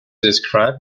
described